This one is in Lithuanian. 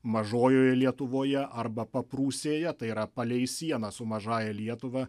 mažojoje lietuvoje arba paprūsėje tai yra palei sieną su mažąja lietuva